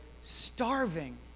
starving